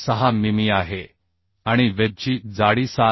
6 मिमी आहे आणि वेबची जाडी 7